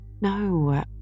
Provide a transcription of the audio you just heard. No